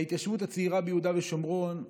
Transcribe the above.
ההתיישבות הצעירה ביהודה ושומרון,